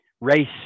race